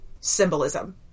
symbolism